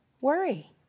worry